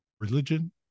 religion